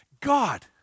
God